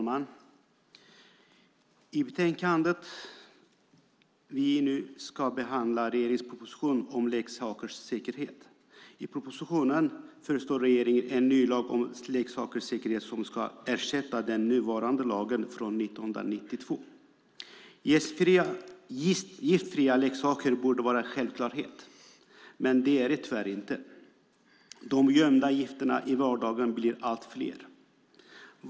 Fru talman! I detta betänkande behandlas regeringens proposition om leksakers säkerhet. I propositionen föreslår regeringen en ny lag om leksakers säkerhet som ska ersätta den nuvarande lagen från 1992. Giftfria leksaker borde vara en självklarhet, men det är det tyvärr inte. De gömda gifterna i vardagen blir allt fler.